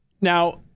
Now